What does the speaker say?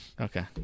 Okay